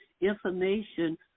information